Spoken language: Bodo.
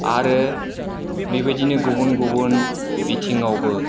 आरो बेबायदिनो गुबुन गुबुन बिथिंआवबो